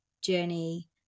journey